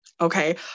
Okay